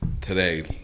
today